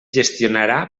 gestionarà